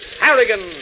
Harrigan